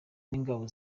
n’ingabo